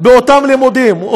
באותם לימודים,